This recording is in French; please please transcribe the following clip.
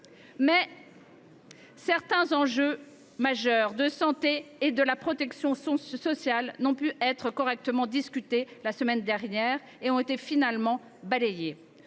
certains enjeux majeurs de la santé et de la protection sociale n’ont pas pu être correctement discutés la semaine dernière et ont été finalement balayés.